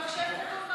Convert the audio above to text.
במחשב הוא כתוב נכון.